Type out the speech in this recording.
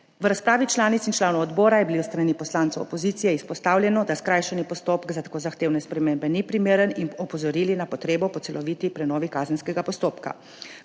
V razpravi članic in članov odbora je bilo s strani poslancev opozicije izpostavljeno, da skrajšani postopek za tako zahtevne spremembe ni primeren, in opozorili so na potrebo po celoviti prenovi kazenskega postopka.